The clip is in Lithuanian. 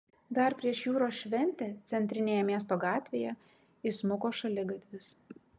dar prieš jūros šventę centrinėje miesto gatvėje įsmuko šaligatvis